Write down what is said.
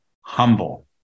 humble